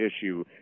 issue